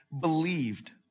believed